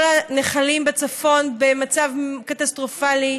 כל הנחלים בצפון במצב קטסטרופלי,